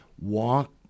walk